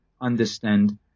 understand